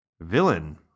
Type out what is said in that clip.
Villain